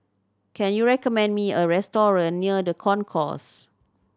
can you recommend me a restaurant near The Concourse